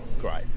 great